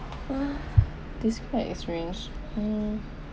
uh describe a strange mm